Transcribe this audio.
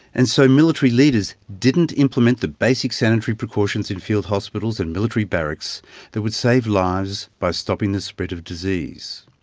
and so military leaders didn't implement the basic sanitary precautions in field hospitals and military barracks that would save lives by stopping the spread of disease.